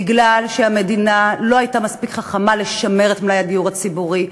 בגלל שהמדינה לא הייתה מספיק חכמה לשמר את מלאי הדיור הציבורי.